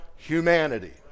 humanity